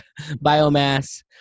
biomass